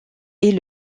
est